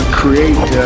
create